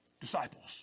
Disciples